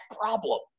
problem